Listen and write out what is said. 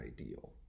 ideal